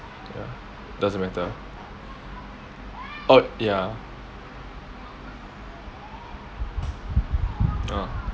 ya doesn't matter orh ya uh